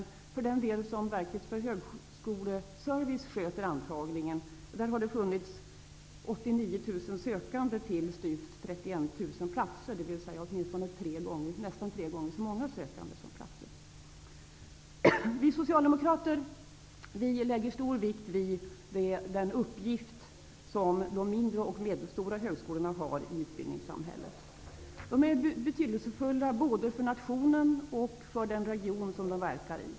Men till styvt 31 000 platser för vilka Verket för Högskoleservice har skött antagningen har det funnits ca 89 000 sökande, dvs. nästan tre gånger så många sökande som antal platser. Vi socialdemokrater fäster stor vikt vid den uppgift som de mindre och medelstora högskolorna har i utbildningssamhället. De är betydelsefulla både för nationen och för den region som de verkar i.